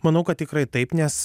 manau kad tikrai taip nes